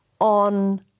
on